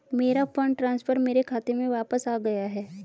मेरा fund transfer मेरे खाते में वापस आ गया है